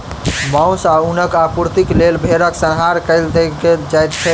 मौस आ ऊनक आपूर्तिक लेल भेड़क संहार कय देल जाइत अछि